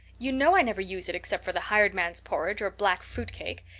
you know i never use it except for the hired man's porridge or black fruit cake.